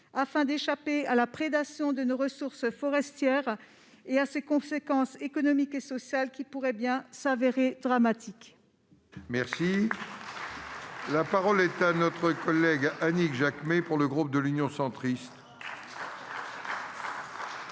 afin d'échapper à la prédation de nos ressources forestières et à ses conséquences économiques et sociales, qui pourraient bien se révéler dramatiques. La parole est à Mme Annick Jacquemet, pour le groupe Union Centriste.